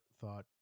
thought